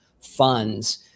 funds